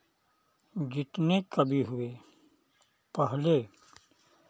जितने कवि हुए पहले